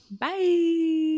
Bye